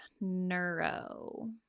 neuro